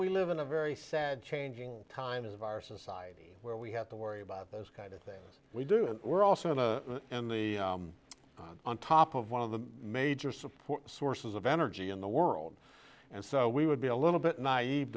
we live in a very sad changing times of our society where we have to worry about those kind of things we do and we're also in a in the on top of one of the major support sources of energy in the world and so we would be a little bit naive